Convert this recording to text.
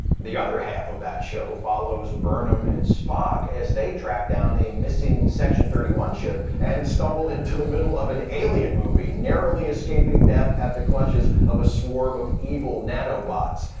the other half of that show follows burnham and spock as they track down a missing section thirty one ship and stumble into the middle of an alien movie, narrowly escaping death at the clutches of a swarm of evil nanobots.